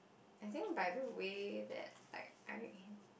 I think by the way that I I